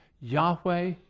Yahweh